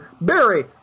Barry